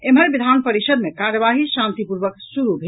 एम्हर विधान परिषद् मे कार्यवाही शांतिपूर्वक शुरु भेल